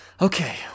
okay